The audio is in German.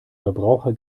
verbraucher